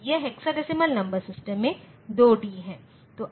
यह hexadecimal number system में 2D है